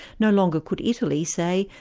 no longer could italy, say,